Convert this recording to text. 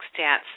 stats